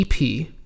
EP